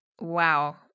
Wow